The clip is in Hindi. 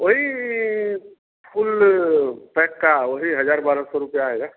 वही फुल पैक का वही हज़ार बारह सौ रुपया आएगा